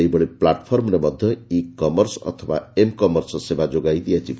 ସେହିଭଳି ପ୍ଲାଟଫର୍ମରେ ମଧ୍ଧ ଇ କମର୍ସ ଅଥବା ଏମ୍ କମର୍ସ ସେବା ଯୋଗାଇ ଦିଆଯିବ